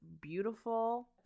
beautiful